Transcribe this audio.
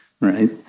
right